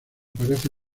parece